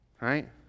Right